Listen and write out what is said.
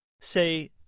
Say